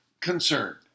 concerned